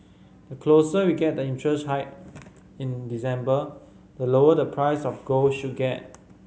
the closer we get to the interest hike in December the lower the price of gold should get